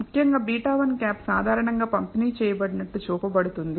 ముఖ్యంగా β̂1 సాధారణంగా పంపిణీ చేయబడినట్లు చూపబడుతుంది